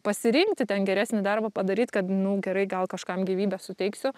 pasirinkti ten geresnį darbą padaryt kad nu gerai gal kažkam gyvybę suteiksiu